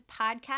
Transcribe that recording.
podcast